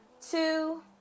two